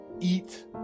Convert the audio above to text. eat